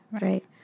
right